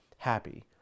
happy